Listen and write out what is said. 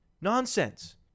nonsense